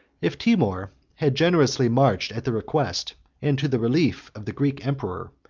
if timour had generously marched at the request, and to the relief, of the greek emperor,